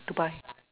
to buy